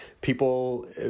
people